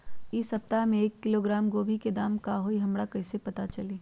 इ सप्ताह में एक किलोग्राम गोभी के दाम का हई हमरा कईसे पता चली?